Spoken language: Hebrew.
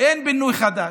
אין בינוי חדש,